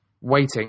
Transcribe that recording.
waiting